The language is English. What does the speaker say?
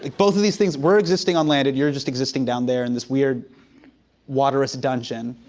like both of these things we're existing on land and you're just existing down there in this weird waterous dungeon.